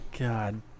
God